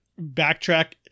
backtrack